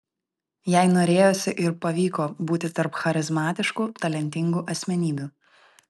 jai norėjosi ir pavyko būti tarp charizmatiškų talentingų asmenybių